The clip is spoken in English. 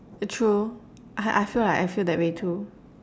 true I I feel like I feel that way too